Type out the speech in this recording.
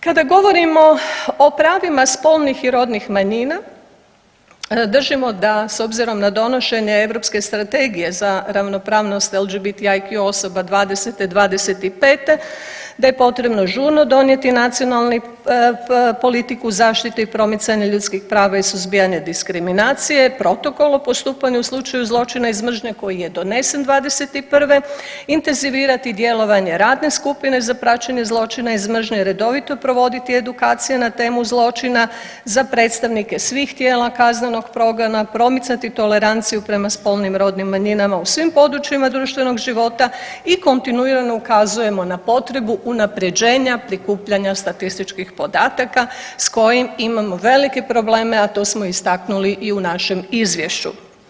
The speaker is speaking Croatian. Kada govorimo o pravima spolnih i rodnih manjina držimo da s obzirom na donošenje Europske strategije za LGBTQ osoba '20.-'25. da je potrebno žurno donijeti nacionalnu politiku zaštite i promicanja ljudskih prava i suzbijanja diskriminacije, Protokol o postupanju u slučaju zločina iz mržnje koji je donesen '21., intenzivirati djelovanje Radne skupine za praćenje zločina iz mržnje, redovito provoditi edukacije na temu zločina za predstavnike svih tijela kaznenog progona, promicati toleranciju prema spolnim rodnim manjinama u svim područjima društvenog života i kontinuirano ukazujemo na potrebu unapređenja prikupljanja statističkih podataka s kojim imamo velike probleme, a to smo istaknuli i u našem izvješću.